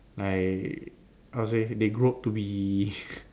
like how to say they grow up to be